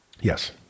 Yes